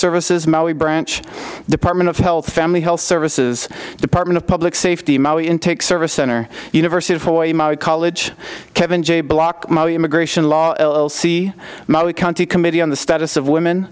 services maui branch department of health family health services department of public safety intake service center university of hawaii college kevin j block immigration law l l c molly county committee on the status of women